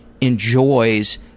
enjoys